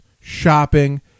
shopping